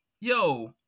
yo